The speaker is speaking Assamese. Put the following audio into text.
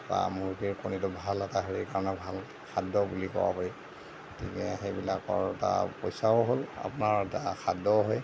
তাৰ মুৰ্গীৰ কণীটো ভাল এটা হেৰিৰ কাৰণে ভাল খাদ্য বুলি ক'ব পাৰি গতিকে সেইবিলাকৰ এটা পইচাও হ'ল আপোনাৰ এটা খাদ্যও হয়